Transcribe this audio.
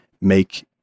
make